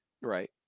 Right